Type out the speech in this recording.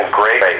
great